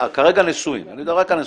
כרגע אני מדבר רק על הנשואים.